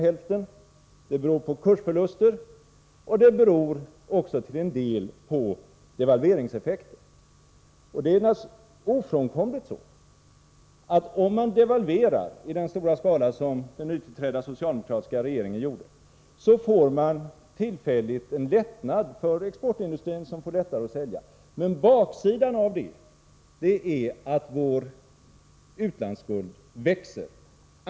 Ökningen beror också på kursförluster och till en del på devalveringseffekter. Om man devalverar i den stora skala som den nytillträdda socialdemokratiska regeringen gjorde, är det naturligtvis ofrånkomligt att det tillfälligt blir en lättnad för exportindustrin, som får lättare att sälja. Men baksidan av detta är att vår utlandsskuld växer.